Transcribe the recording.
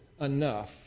enough